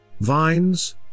Vines